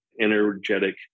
energetic